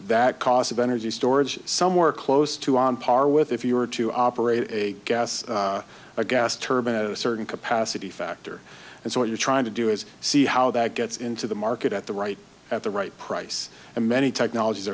that cost of energy storage somewhere close to on par with if you were to operate a gas a gas turbine at a certain capacity factor and so what you're trying to do is see how that gets into the market at the right at the right price and many technologies